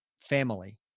family